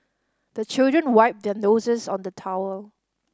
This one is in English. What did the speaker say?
the children wipe their noses on the towel